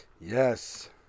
Yes